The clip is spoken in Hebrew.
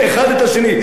מה הקשר?